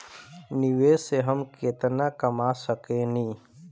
निवेश से हम केतना कमा सकेनी?